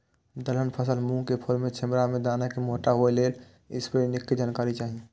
दलहन फसल मूँग के फुल में छिमरा में दाना के मोटा होय लेल स्प्रै निक के जानकारी चाही?